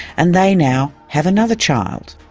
and they now have another child.